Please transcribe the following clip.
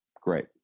great